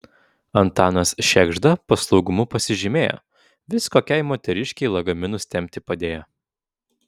antanas šėgžda paslaugumu pasižymėjo vis kokiai moteriškei lagaminus tempti padėjo